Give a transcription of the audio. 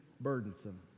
burdensome